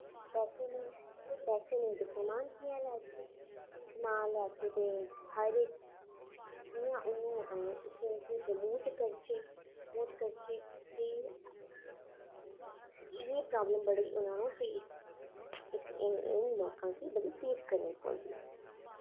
पैसे दी पैसे नेईं तां समान कि'यां लेचै समान लेचै ते हर कि'यां उ'नें गी प्रमोट करचै प्रमोट करचै ते एह् प्रॉब्लमां बड़ी फेस इ'नां लोकां गी फेस करनी पौंदी ऐ